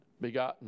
begotten